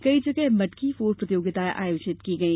कई जगह मटकी फोड प्रतियोगिताएं आयोजित की गई